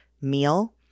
meal